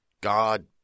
God